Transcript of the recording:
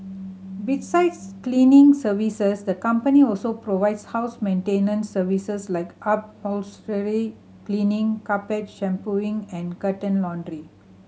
besides cleaning services the company also provides house maintenance services like upholstery cleaning carpet shampooing and curtain laundry